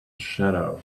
shadow